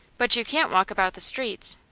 but you can't walk about the streets.